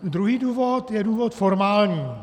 Druhý důvod je důvod formální.